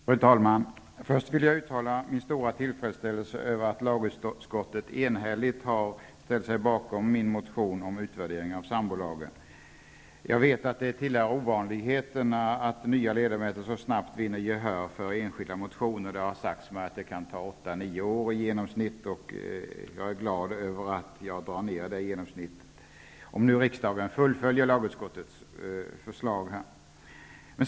Fru talman! Först vill jag uttala min stora tillfredsställelse över att lagutskottet enhälligt har ställt sig bakom min motion om utvärdering av sambolagen. Jag vet att det tillhör ovanligheterna att nya ledamöter så snabbt vinner gehör för enskilda motioner. Det har sagts mig att det kan ta åtta nio år i genomsnitt. Jag är som sagt glad, om nu riksdagen fullföljer lagutskottets förslag.